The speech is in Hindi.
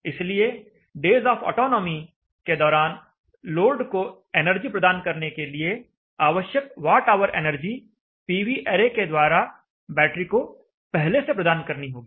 इसलिए डेज आफ ऑटोनॉमी के दौरान लोड को एनर्जी प्रदान करने के लिए आवश्यक watt hour energy PV array के द्वारा बैटरी को पहले से प्रदान करनी होगी